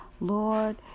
Lord